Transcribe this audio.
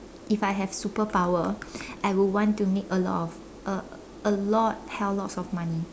if I have superpower I would want to make a lot a a lot hell lots of money